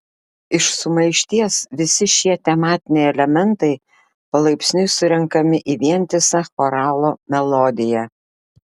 iš sumaišties visi šie tematiniai elementai palaipsniui surenkami į vientisą choralo melodiją